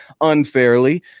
unfairly